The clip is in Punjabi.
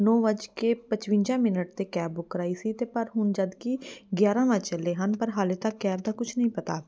ਨੌ ਵੱਜ ਕੇ ਪਚਵੰਜਾ ਮਿੰਨਟ 'ਤੇ ਕੈਬ ਬੁੱਕ ਕਰਵਾਈ ਸੀ ਅਤੇ ਪਰ ਹੁਣ ਜਦ ਕਿ ਗਿਆਰ੍ਹਾਂ ਵੱਜ ਚੱਲੇ ਹਨ ਪਰ ਹਾਲੇ ਤੱਕ ਕੈਬ ਦਾ ਕੁਛ ਨਹੀਂ ਪਤਾ